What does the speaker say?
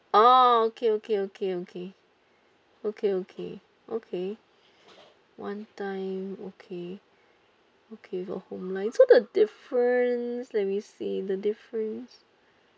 oh okay okay okay okay okay okay okay one time okay okay got home line so the difference let me see the difference